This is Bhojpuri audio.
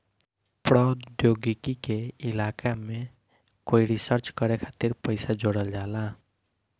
प्रौद्योगिकी के इलाका में कोई रिसर्च करे खातिर पइसा जोरल जाला